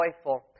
joyful